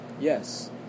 Yes